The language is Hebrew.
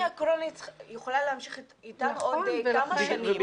הקורונה יכולה להמשיך איתנו עוד כמה שנים.